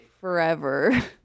forever